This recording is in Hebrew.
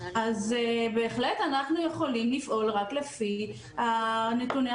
אז בהחלט אנחנו יכולים לפעול רק לפי נתוני